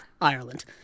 Ireland